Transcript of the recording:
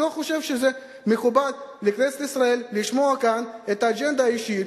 אני לא חושב שזה מכובד לכנסת ישראל לשמוע כאן את האג'נדה האישית